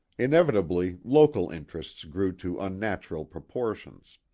inevitably local interests grew to unnatural proportions.